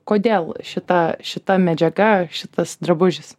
kodėl šita šita medžiaga šitas drabužis